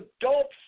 adults